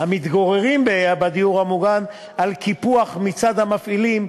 המתגוררים בדיור המוגן על קיפוח מצד המפעילים,